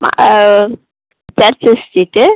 ஆ